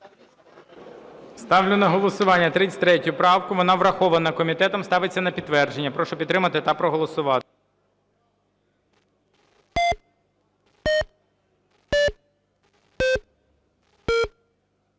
Ставлю на голосування 33 правку, вона врахована комітетом, ставиться на підтвердження. Прошу підтримати та проголосувати.